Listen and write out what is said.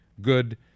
good